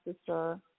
sister